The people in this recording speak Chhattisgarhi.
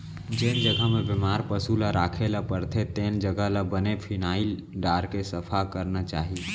जेन जघा म बेमार पसु ल राखे ल परथे तेन जघा ल बने फिनाइल डारके सफा करना चाही